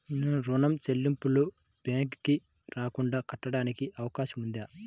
నేను ఋణం చెల్లింపులు బ్యాంకుకి రాకుండా కట్టడానికి అవకాశం ఉందా?